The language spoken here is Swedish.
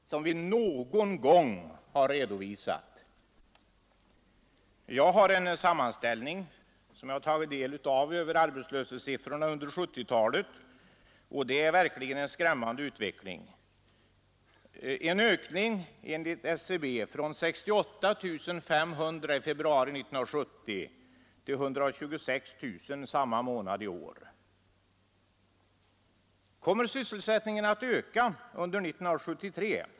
Herr talman! I översikten till det avsnitt i statsverkspropositionen som omfattar arbetsmarknadsfrågorna finns en dyster formulering som har varit praktiskt taget oförändrad i många år: Fortfarande ligger arbetslösheten dock på en hög nivå och efterfrågan på arbetskraft är begränsad totalt sett. Tyvärr är det konstaterandet i år mer motiverat än någon gång tidigare. Både enligt AMS och enligt statistiska centralbyråns statistik har vi den högsta arbetslösheten under februari som vi någon gång har redovisat. Jag har tagit del av en sammanställning över arbetslöshetssiffrorna under 1970-talet, och de visar verkligen en skrämmande utveckling: en ökning enligt SCB från 68 500 i februari 1970 till 126 000 samma månad i år. Kommer sysselsättningen att öka under 1973?